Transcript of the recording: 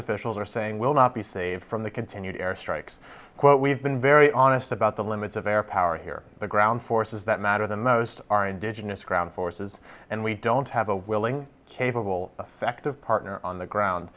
officials are saying will not be saved from the continued airstrikes quote we've been very honest about the limits of air power here the ground forces that matter the most are indigenous ground forces and we don't have a willing capable affective partner on the ground